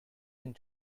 and